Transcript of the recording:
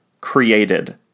created